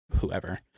whoever